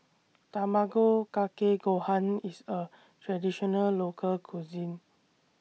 Tamago Kake Gohan IS A Traditional Local Cuisine